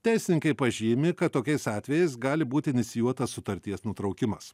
teisininkai pažymi kad tokiais atvejais gali būti inicijuotas sutarties nutraukimas